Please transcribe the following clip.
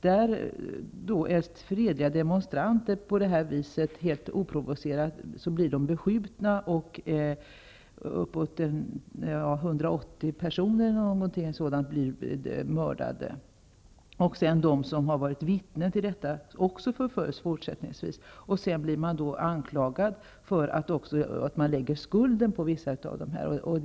Utan att ha provocerat blev fredliga demonstranter beskjutna med påföljd att ca 180 personer dödades. Sedan förföljdes de som bevittnat det hela. Skulden lades sedan på vissa av dessa personer.